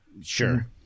Sure